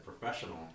professional